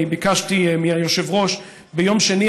ביקשתי מהיושב-ראש ביום שני,